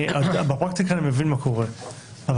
אני מבין מה קורה בפרקטיקה,